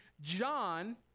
John